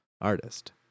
artist